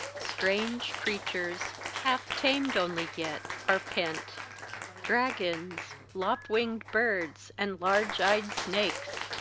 strange creatures, half tamed only yet, are pent dragons, lop-winged birds, and large-eyed snakes!